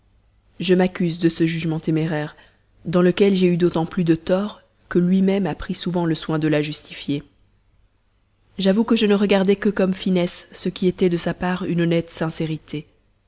je m'accuse de ce jugement téméraire dans lequel j'ai eu d'autant plus de tort que lui-même a pris souvent le soin de la justifier j'avoue que je ne regardais que comme finesse ce qui était de sa part une honnête sincérité